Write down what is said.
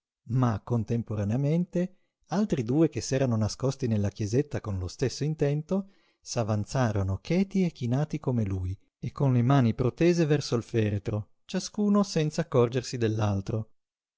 ma contemporaneamente altri due che si erano nascosti nella chiesetta con lo stesso intento s'avanzarono cheti e chinati come lui e con le mani protese verso il feretro ciascuno senza accorgersi